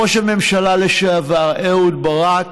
בראש הממשלה לשעבר אהוד ברק,